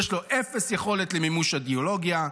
יש לו אפס יכולת למימוש אידיאולוגיה.